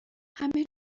همه